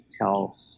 tell